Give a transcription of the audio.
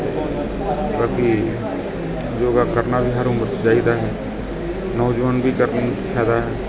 ਬਾਕੀ ਯੋਗਾ ਕਰਨਾ ਵੀ ਹਰ ਉਮਰ 'ਚ ਚਾਹੀਦਾ ਹੈ ਨੌਜਵਾਨ ਵੀ ਕਰਨ ਫਾਇਦਾ ਹੈ